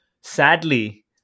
sadly